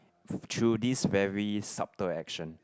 through this very subtle action